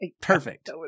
perfect